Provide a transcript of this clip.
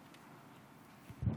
חבריי חברי הכנסת,